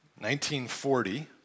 1940